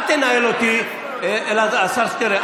אל תנהל אותי, השר שטרן.